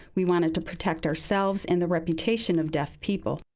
we wanted to protect ourselves and the reputation of deaf people.